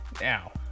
Now